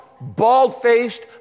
bald-faced